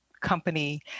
company